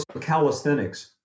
calisthenics